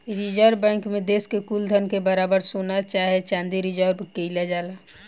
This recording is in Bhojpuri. रिजर्व बैंक मे देश के कुल धन के बराबर सोना चाहे चाँदी रिजर्व केइल जाला